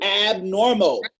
abnormal